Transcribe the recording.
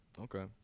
Okay